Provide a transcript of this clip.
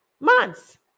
months